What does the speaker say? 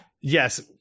Yes